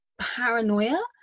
paranoia